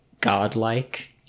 godlike